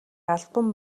албан